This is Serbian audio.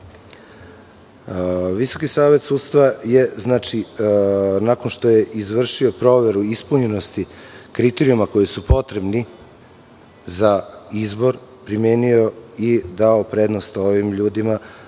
Visoki savet sudstva je nakon što je izvršio proveru ispunjenosti kriterijuma koji su potrebni za izbor, primenio i dao prednost ovim ljudima